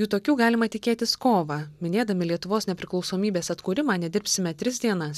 jų tokių galima tikėtis kovą minėdami lietuvos nepriklausomybės atkūrimą nedirbsime tris dienas